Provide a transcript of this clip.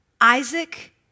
Isaac